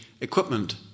equipment